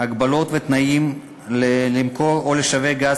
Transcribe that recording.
הגבלות ותנאים למכירה או לשיווק גז